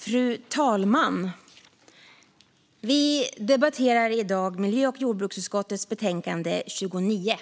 Fru talman! Vi debatterar i dag miljö och jordbruksutskottets betänkande 29